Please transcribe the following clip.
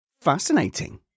Fascinating